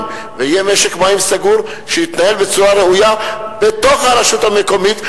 ויהיה משק מים סגור שיתנהל בצורה ראויה בתוך הרשות המקומית,